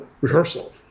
rehearsal